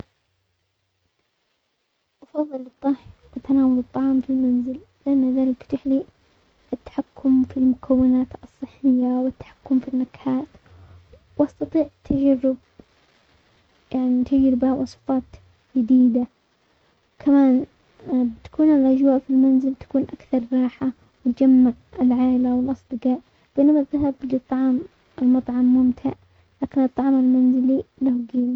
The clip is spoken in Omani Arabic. افضل الطهي وتناول الطعام في المنزل، لان ذلك يتيح لي التحكم في المكونات الصحية والتحكم في النكهات، واستطيع تجرب يعني تجربة وصفات جديدة، كمان تكون الاجواء في المنزل تكون اكثر راحة وتجمع العائلة والاصدقاء، بينما الذهاب للطعام المطعم ممتع، لكن الطعام المنزلي له قيمة.